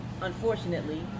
unfortunately